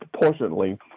proportionately